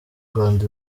rwanda